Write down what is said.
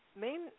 main